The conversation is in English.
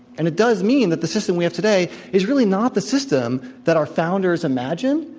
and it does mean that the system we have today is really not the system that our foundersimagined,